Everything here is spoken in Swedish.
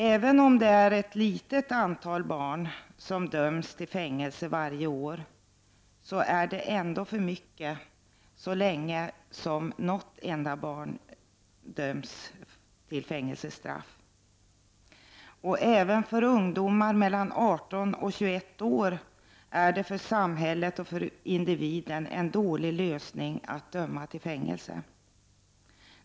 Även om det är ett litet antal barn som döms till fängelse varje år så är det ändå för mycket så länge som något enda barn döms till fängelsestraff. Även för ungdomar i åldrarna mellan 18 och 21 år är det för samhället och för individen en dålig lösning att döma till fängelse.